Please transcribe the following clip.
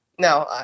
No